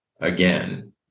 again